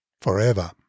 forever